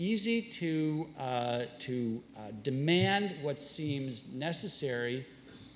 easy to to demand what seems necessary